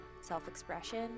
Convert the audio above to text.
self-expression